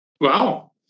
Wow